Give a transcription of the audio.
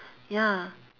ya